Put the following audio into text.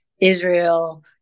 Israel